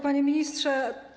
Panie Ministrze!